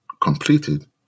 completed